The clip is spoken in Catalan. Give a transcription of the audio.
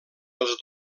els